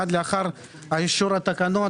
מייד לאחר אישור התקנות,